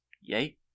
Yay